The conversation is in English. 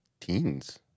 teens